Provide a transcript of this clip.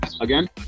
again